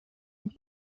une